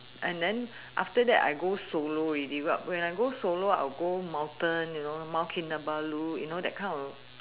and then after that I go solo already but when I go solo I will go mountain you know mount kinabalu you know that kind of